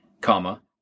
comma